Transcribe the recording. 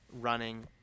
running